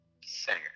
Singer